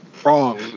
wrong